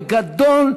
בגדול,